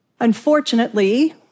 Unfortunately